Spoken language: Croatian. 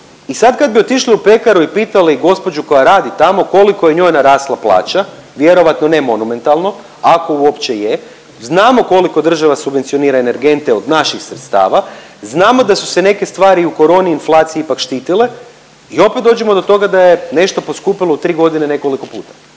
i sad kad bi otišli u pekaru i pitali gospođu koja radi tamo koliko je njoj narasla plaća, vjerojatno ne monumentalno ako uopće i je. Znamo koliko država subvencionira energente od naših sredstava, znamo da su se neke stvari u koroni i inflaciji štitile i opet dođemo do toga da je nešto poskupilo u tri godine nekoliko puta.